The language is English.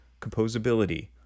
composability